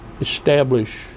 establish